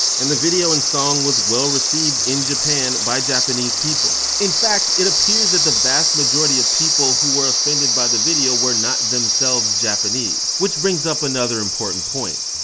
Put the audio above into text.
and the video and song was well received in japan, by japanese people. in fact, it appears that the vast majority of the people who were offended by the video were not themselves japanese. which brings up another important point.